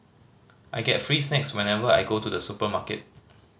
I get free snacks whenever I go to the supermarket